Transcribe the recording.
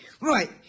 Right